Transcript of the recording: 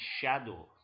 shadow